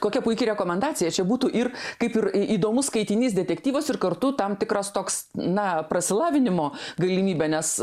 kokia puiki rekomendacija čia būtų ir kaip ir į įdomus skaitinys detektyvas ir kartu tam tikras toks na prasilavinimo galimybė nes